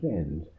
end